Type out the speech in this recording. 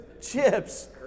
chips